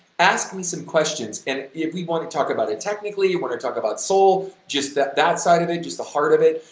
ask me some questions and if we want to talk about it technically, you want to talk about soul, just that that side of it, just the heart of it,